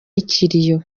ikiriyo